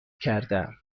کردم